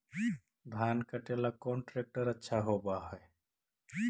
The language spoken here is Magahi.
धान कटे ला कौन ट्रैक्टर अच्छा होबा है?